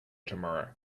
tomorrow